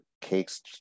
cakes